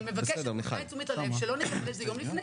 אני מפנה את תשומת הלב שלא נקבל את החומר יום לפני,